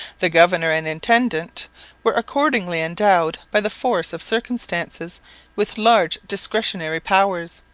the governor and intendant were accordingly endowed by the force of circumstances with large discretionary powers.